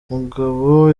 mugabo